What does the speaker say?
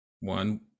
one